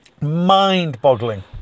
mind-boggling